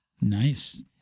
Nice